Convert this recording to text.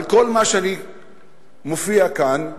על כל מה שאני מופיע כאן,